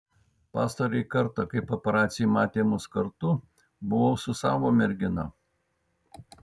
pastarąjį kartą kai paparaciai matė mus kartu buvau su savo mergina